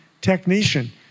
technician